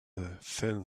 thin